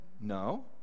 no